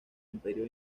imperio